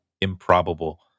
improbable